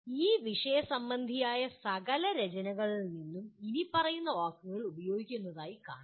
ഈ വിഷയ സംബന്ധിയായ സകല രചനകളിൽ നിന്നും ഇനിപ്പറയുന്ന വാക്കുകൾ ഉപയോഗിക്കുന്നതായി കാണാം